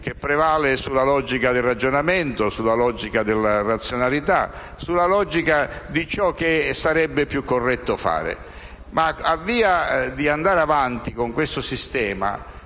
che prevale sulla logica del ragionamento, della razionalità, sulla logica di ciò che sarebbe più corretto fare. Ma a forza di andare avanti con questo sistema